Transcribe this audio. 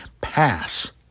pass